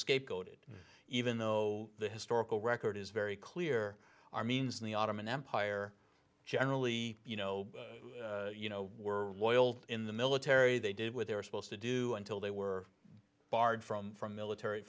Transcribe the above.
scapegoated even though the historical record is very clear our means in the ottoman empire generally you know you know were loyal in the military they did where they're supposed to do until they were barred from from military